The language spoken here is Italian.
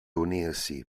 unirsi